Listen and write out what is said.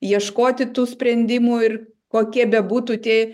ieškoti tų sprendimų ir kokie bebūtų tie